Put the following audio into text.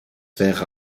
wäre